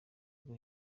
rwo